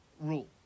rule